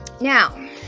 Now